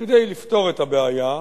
כדי לפתור את הבעיה,